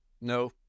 no